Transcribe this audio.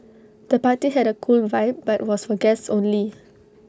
the party had A cool vibe but was for guests only